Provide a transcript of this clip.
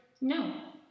No